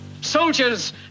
soldiers